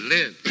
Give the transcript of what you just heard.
Live